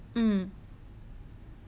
mmhmm